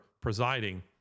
presiding